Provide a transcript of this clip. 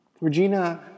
Regina